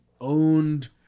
owned